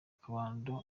akabando